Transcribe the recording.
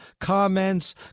comments